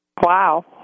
Wow